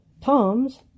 Tom's